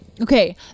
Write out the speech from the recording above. Okay